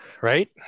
right